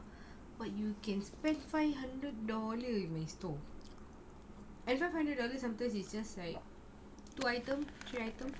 but you can spend five hundred dollar in my store and five hundred dollars sometimes it's just like two item three items